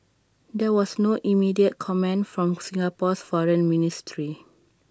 there was no immediate comment from Singapore's foreign ministry